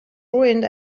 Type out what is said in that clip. ruined